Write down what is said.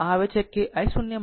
તેથી આ છે i0